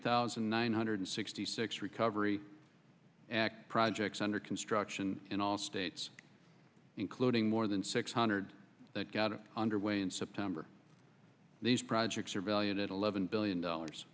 thousand nine hundred sixty six recovery projects under construction in all states including more than six hundred that got underway in september these projects are valued at eleven billion dollars